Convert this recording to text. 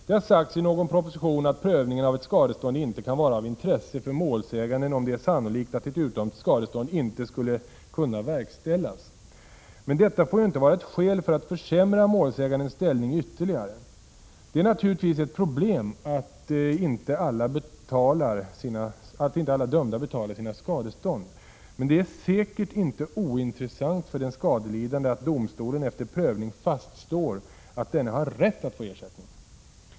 Det har sagts i någon proposition att prövningen av ett skadestånd inte kan 107 vara av intresse för målsäganden, om det är sannolikt att ett utdömt skadestånd inte skulle kunna verkställas. Men detta får ju inte vara ett skäl för att försämra målsägandens ställning ytterligare. Det är naturligtvis ett problem att inte alla dömda betalar sina skadestånd. Men det är säkert inte ointressant för den skadelidande att domstolen efter prövning fastslår att denna har rätt att få ersättning.